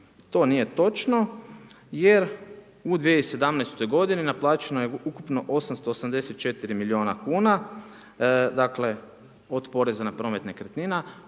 To nije točno jer u 2017. godini naplaćeno je ukupno 884 miliona kuna, dakle od poreza na promet nekretnina.